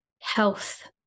health